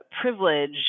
privilege